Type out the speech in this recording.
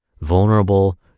vulnerable